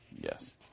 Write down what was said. Yes